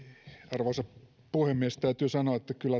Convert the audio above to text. arvoisa puhemies täytyy sanoa että kyllä